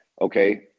okay